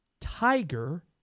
Tiger